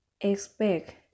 expect